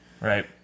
Right